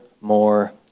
more